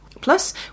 plus